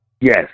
Yes